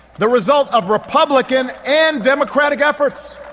the result of republican and democratic efforts.